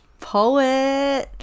poet